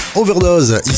Overdose